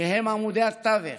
שהם עמודי התווך